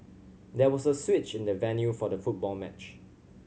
there was a switch in the venue for the football match